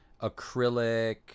acrylic